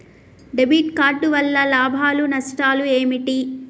Debit card వల్ల లాభాలు నష్టాలు ఏమిటి?